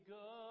go